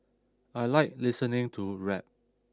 I like listening to rap